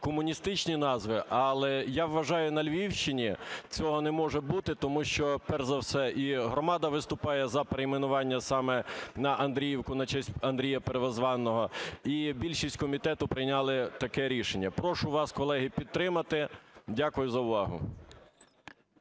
комуністичні назви. Але я вважаю, на Львівщині цього не може бути. Тому що, перш за все, і громада виступає за перейменування саме на Андріївку на честь Андрія Первозваного, і більшість комітету прийняли таке рішення. Прошу вас, колеги, підтримати. Дякую за увагу.